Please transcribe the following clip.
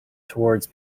towards